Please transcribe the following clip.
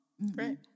right